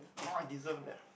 no I deserve that